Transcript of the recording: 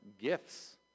gifts